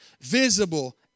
visible